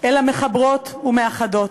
אלא מחברות ומאחדות.